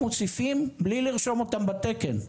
או שמוסיפים בלי לרשום אותם בתקן,